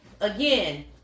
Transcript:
again